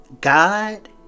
God